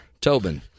Tobin